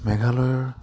মেঘালয়ৰ